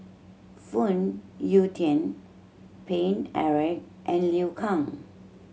Phoon Yew Tien Paine Eric and Liu Kang